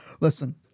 Listen